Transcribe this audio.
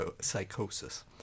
psychosis